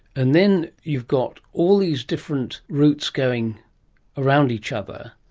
and then you've got all these different routes going around each other.